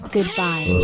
Goodbye